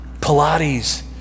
Pilates